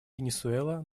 венесуэла